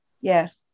Yes